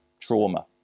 trauma